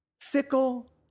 fickle